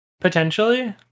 potentially